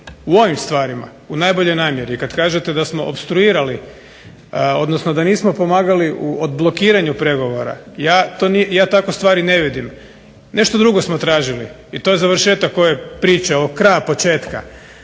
u ovim stvarima u najboljoj namjeri, i kad kažete da smo opstruirali, odnosno da nismo pomagali u odblokiranju pregovora, ja tako stvari ne vidim. Nešto drugo smo tražili i to je završetak ove priče, ovog kraja početka,